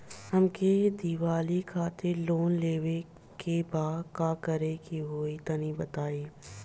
हमके दीवाली खातिर लोन लेवे के बा का करे के होई तनि बताई?